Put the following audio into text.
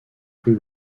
plus